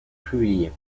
publié